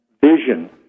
vision